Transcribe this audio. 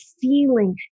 feeling